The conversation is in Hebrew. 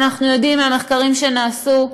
אנחנו יודעים ממחקרים שנעשו,